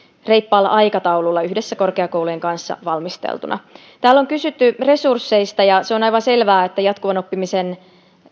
reippaalla aikataululla yhdessä korkeakoulujen kanssa valmisteltuna täällä on kysytty resursseista ja on aivan selvää että jatkuvan oppimisen